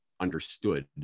understood